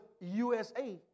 USA